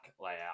layout